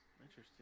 Interesting